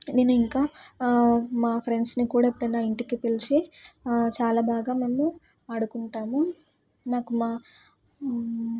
నేను ఇంకా మా ఫ్రెండ్స్ని కూడా ఎప్పుడైనా ఇంటికి పిలిచి చాలా బాగా మేము ఆడుకుంటాము నాకు మా